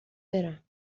برم